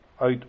out